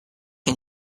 can